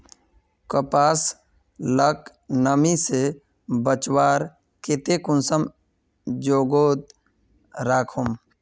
कपास लाक नमी से बचवार केते कुंसम जोगोत राखुम?